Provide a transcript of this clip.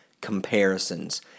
comparisons